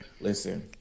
listen